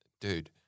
dude